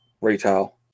retail